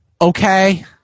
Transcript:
Okay